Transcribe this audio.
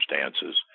circumstances